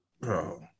Bro